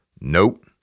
Nope